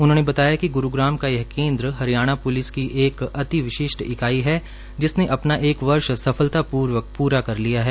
उन्होंने बताया कि ग्रुग्राम का यह केंद्र हरियाणा प्लिस की एक इकाई है जिसने अपना एक वर्ष सफलतापूर्वक पूरा कर लिया है